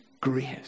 grace